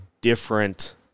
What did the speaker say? different